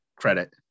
credit